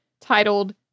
titled